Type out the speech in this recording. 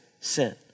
sin